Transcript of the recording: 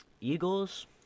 Eagles